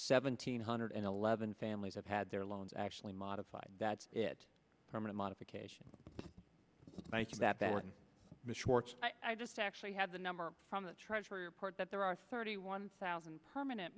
seventeen hundred and eleven families have had their loans actually modified that it permanent modification that they were i actually have the number from the treasury report that there are thirty one thousand permanent